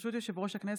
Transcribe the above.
ברשות יושב-ראש הכנסת,